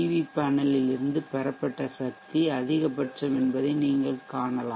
we பேனலில் இருந்து பெறப்பட்ட சக்தி அதிகபட்சம் என்பதை நீங்கள் காணலாம்